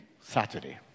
Saturday